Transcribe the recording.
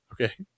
okay